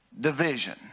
division